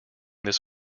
this